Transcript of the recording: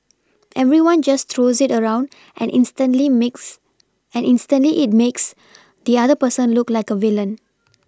everyone just throws it around and instantly makes and instantly it makes the other person look like a villain